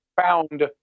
found